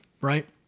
Right